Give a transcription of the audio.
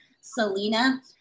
selena